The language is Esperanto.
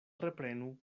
reprenu